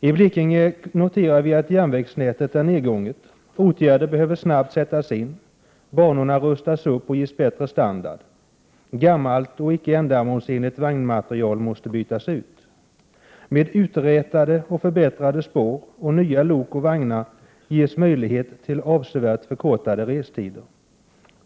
Vi noterar att järnvägsnätet i Blekinge är nedgånget. Åtgärder behöver sättas in snabbt. Banorna behöver rustas upp och ges bättre standard. Gammal och icke ändamålsenlig vagnmateriel måste bytas ut. Med uträtade och förbättrade spår, nya lok och vagnar ges möjligheter till avsevärt förkortade restider.